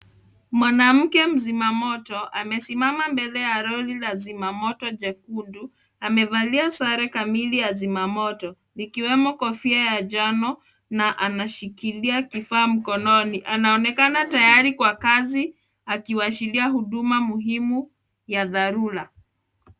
Mwanamke mzima moto amesimama mbele ya lori la zimamoto jekundu. Amevalia sare kamili ya zimamoto, ikiwemo kofia ya njao na anashikilia kifaa mkononi. Anaonekana tayari kwa kazi akiashiria huduma muhimu ya dharura.